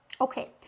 Okay